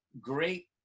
great